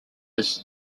his